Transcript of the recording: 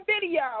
video